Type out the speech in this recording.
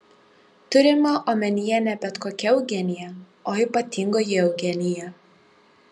turima omenyje ne bet kokia eugenija o ypatingoji eugenija